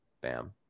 Bam